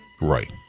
Right